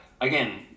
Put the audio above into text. again